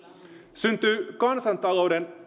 syntyy kansantalouden